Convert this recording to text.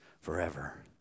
forever